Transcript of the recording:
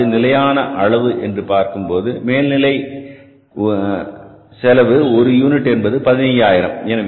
அதாவது நிலையான அளவு என்று பார்க்கும்போது நிலையான மேல் நிலை செலவு ஒரு யூனிட் என்பது 15000